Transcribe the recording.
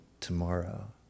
tomorrow